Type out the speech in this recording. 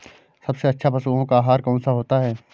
सबसे अच्छा पशुओं का आहार कौन सा होता है?